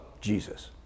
Jesus